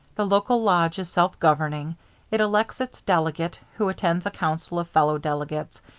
the local lodge is self-governing it elects its delegate, who attends a council of fellow-delegates,